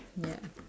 ya